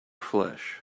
flesh